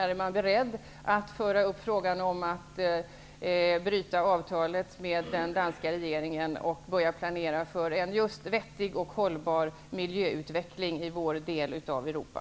Är man beredd att föra upp frågan om att bryta avtalet med den danska regeringen för att börja planera för just en vettig och hållbar miljöutveckling i vår del av Europa?